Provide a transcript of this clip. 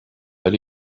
but